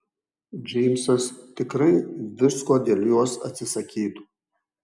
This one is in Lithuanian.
džeimsas tikrai visko dėl jos atsisakytų